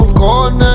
con